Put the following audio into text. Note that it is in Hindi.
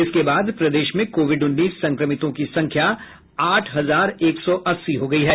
इसके बाद प्रदेश में कोविड उन्नीस संक्रमितों की संख्या आठ हजार एक सौ अस्सी हो गयी है